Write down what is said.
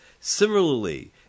Similarly